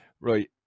Right